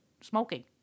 smoking